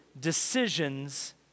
decisions